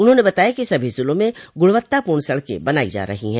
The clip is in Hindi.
उन्होंने बताया कि सभी जिलों में गुणवत्तापूर्ण सड़के बनाई जा रही है